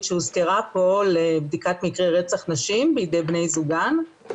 שהוזכרה פה לבדיקת מקרי רצח נשים בידי בני זוגן,